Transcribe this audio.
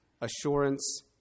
Assurance